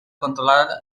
controlar